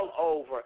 over